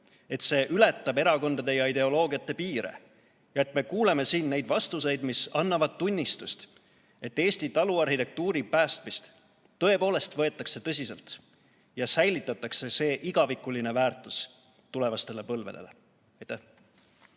et see ületab erakondade ja ideoloogia piire ning et me kuuleme siin neid vastuseid, mis annavad tunnistust, et Eesti taluarhitektuuri päästmist tõepoolest võetakse tõsiselt ja säilitatakse see igavikuline väärtus tulevastele põlvedele. Aitäh!